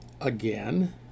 Again